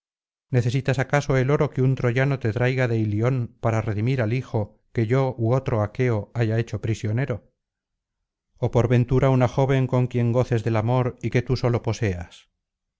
necesitas acaso el oro que un troyano te traiga de ilion para redimir al hijo que yo ú otro aqueo haya hecho prisionero ó por ventura una joven con quien goces del amor y que tú solo poseas